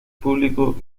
público